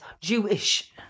Jewish